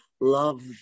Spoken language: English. love